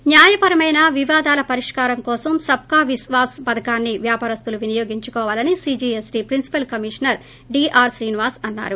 న్యాయపరమైన వివాదాల పరిష్కారం కోసం సబ్కా విశ్వాస్ పధకాన్సి వ్యాపారస్తులు వినియోగించుకోవాలని CGST principal commissioner D R Srinivas అన్నారు